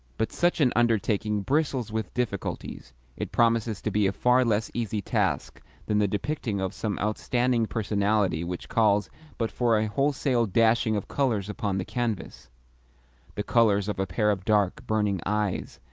but such an undertaking bristles with difficulties it promises to be a far less easy task than the depicting of some outstanding personality which calls but for a wholesale dashing of colours upon the canvas the colours of a pair of dark, burning eyes,